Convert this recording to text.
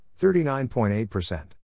39.8%